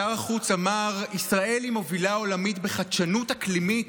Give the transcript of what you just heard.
שר החוץ אמר: ישראל היא מובילה עולמית בחדשנות אקלימית,